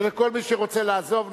וכל מי שרוצה לעזוב,